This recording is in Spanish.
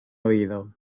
oído